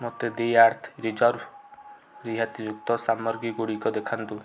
ମୋତେ the Earth Reserve ରିହାତିଯୁକ୍ତ ସାମଗ୍ରୀଗୁଡ଼ିକ ଦେଖାନ୍ତୁ